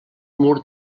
mur